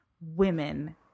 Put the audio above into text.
women